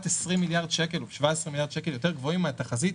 17 מיליארד שקל יותר גבוהים מהתחזית